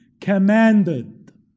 commanded